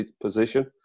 position